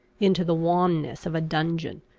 into the wanness of a dungeon,